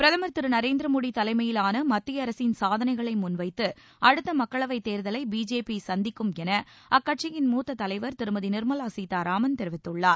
பிரதமர் திரு நரேந்திர மோடி தலைமையிலான மத்திய அரசின் சாதனைகளை முன்வைத்து அடுத்த மக்களவைத் தேர்தலை பிஜேபி சந்திக்கும் என அக்கட்சியின் மூத்தத் தலைவர் திருமதி நிர்மவா சீதாராமன் தெரிவித்துள்ளார்